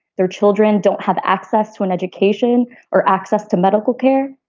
their children don't have access to an education or access to medical care.